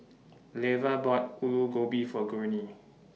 Leva bought Aloo Gobi For Gurney